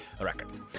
Records